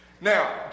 Now